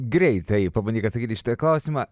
greitai pabandyk atsakyti į šitą klausimą